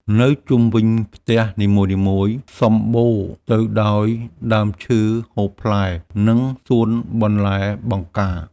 នៅជុំវិញផ្ទះនីមួយៗសម្បូរទៅដោយដើមឈើហូបផ្លែ និងសួនបន្លែបង្ការ។